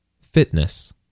fitness